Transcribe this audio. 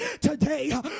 today